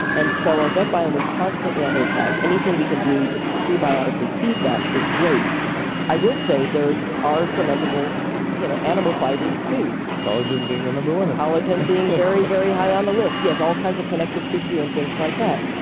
and so our gut biome is constantly under attack. anything we can do to prebiotically feed that is great i will say there are fermentable you know animal fibers too collagen being the number one of them collagen very, very high on the list. yes. all kinds of connective tissue and things like that.